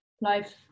life